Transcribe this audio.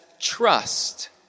trust